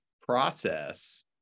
process